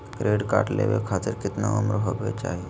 Credit card लेवे खातीर कतना उम्र होवे चाही?